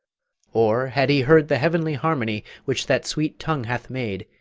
or had he heard the heavenly harmony which that sweet tongue hath made,